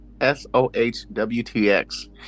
S-O-H-W-T-X